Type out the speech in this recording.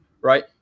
right